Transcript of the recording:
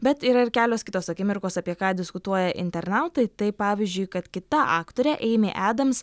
bet yra ir kelios kitos akimirkos apie ką diskutuoja internautai tai pavyzdžiui kad kita aktorė eimė edams